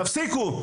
תפסיקו.